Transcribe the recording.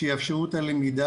וזה יאפשר את הלמידה.